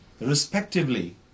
respectively